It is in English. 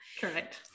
Correct